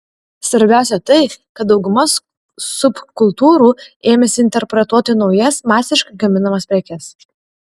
svarbiausia tai kad dauguma subkultūrų ėmėsi interpretuoti naujas masiškai gaminamas prekes